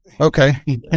Okay